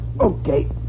Okay